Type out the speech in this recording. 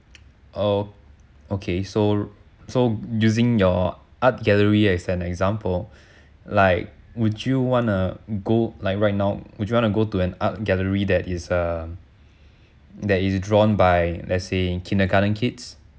oh okay so so using your art gallery as an example like would you wanna go like right now would you want to go to an art gallery that is uh that is drawn by let's say kindergarten kids